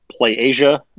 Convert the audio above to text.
PlayAsia